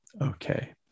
Okay